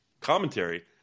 commentary